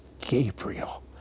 Gabriel